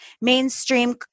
Mainstream